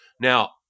Now